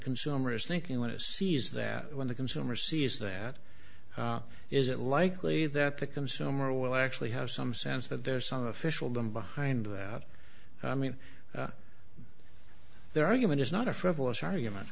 consumer is thinking when it sees that when the consumer sees that is it likely that the consumer will actually have some sense that there's some officialdom behind that i mean their argument is not a frivolous argument